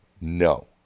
No